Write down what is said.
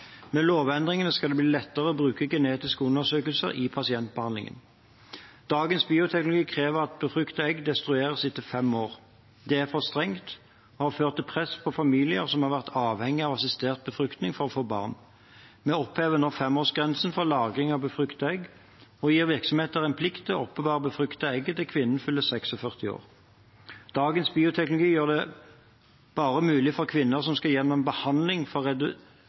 Med lovendringene skal det bli lettere å bruke genetiske undersøkelser i pasientbehandlingen. Dagens bioteknologilov krever at befruktede egg destrueres etter fem år. Det er for strengt og har ført til press på familier som har vært avhengig av assistert befruktning for å få barn. Vi opphever nå femårsgrensen for lagring av befruktede egg og gir virksomhetene en plikt til å oppbevare befruktede egg til kvinnen fyller 46 år. Dagens bioteknologilov gjør det mulig bare for kvinner som skal gjennom behandling